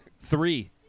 Three